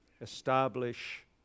Establish